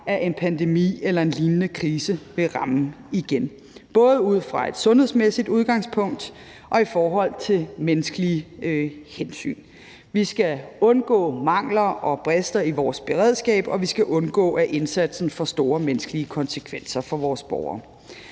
at en pandemi eller lignende krise vil ramme igen, både ud fra et sundhedsmæssigt udgangspunkt og i forhold til menneskelige hensyn. Vi skal undgå mangler og brister i vores beredskab, og vi skal undgå, at indsatsen får store menneskelige konsekvenser for vores borgere.